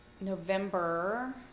november